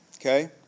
Okay